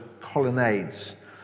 colonnades